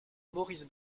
maurice